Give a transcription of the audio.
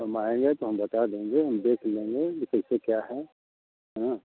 हम आएँगे तो हम बता देंगे हम देख लेंगे कि कैसे क्या है है ना